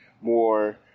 more –